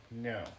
No